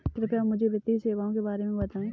कृपया मुझे वित्तीय सेवाओं के बारे में बताएँ?